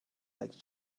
like